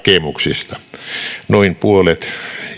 valmisteveron palautushakemuksista noin puolet